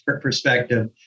perspective